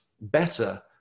better